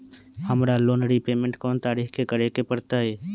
हमरा loan repayment कोन तारीख के करे के परतई?